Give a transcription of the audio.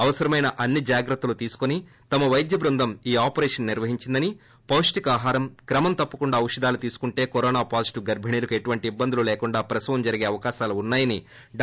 అవసరమైన అన్ని జాగ్రత్తలు తీసుకొని తమ పైద్య బృందం ఈ ఆపరేషన్ నిర్వహించిందని పుష్టికరమైన ఆహారం క్రమం తప్పకుండా ఔషధాలు తీసుకుంటే కరోనా పాజిటివ్ గర్బిణీలకు ఎటువంటి ఇబ్బందులూ లేకుండా ప్రసవం జరిగే అవకాశాలు ఉన్నా యని డా